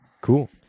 cool